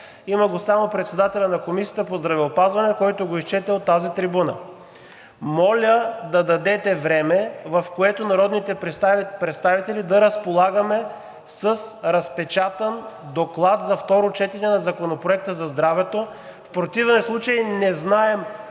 има го само председателят на Комисията по здравеопазване, който го изчете от тази трибуна. Моля да дадете време, в което народните представители да разполагаме с разпечатан доклад за второ четене на Законопроекта за здравето. В противен случай не знаем